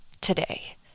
today